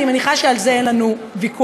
אני מניחה שעל זה אין לנו ויכוח,